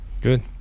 Good